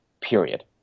period